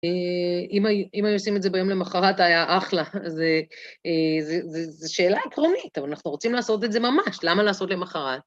אם היו עושים את זה ביום למחרת, היה אחלה. זו שאלה עקרונית, אבל אנחנו רוצים לעשות את זה ממש, למה לעשות למחרת?